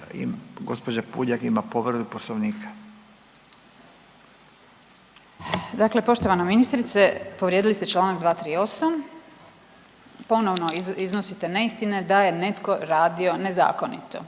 Poslovnika. **Puljak, Marijana (Centar)** Dakle poštovana ministrice, povrijedili ste čl. 238, ponovno iznosite neistine da je netko radio nezakonito